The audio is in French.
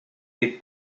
des